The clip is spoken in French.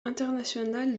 international